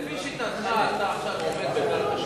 לפי שיטתך אתה עכשיו עומד על קרקע שדודה?